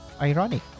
ironic